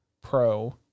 Pro